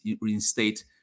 reinstate